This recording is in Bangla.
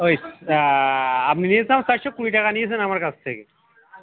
ওই আপনি নিয়েছেন চাইশো কুড়ি টাকা নিয়েছেন আমার কাছ থেকে